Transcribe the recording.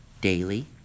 daily